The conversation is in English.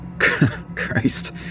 Christ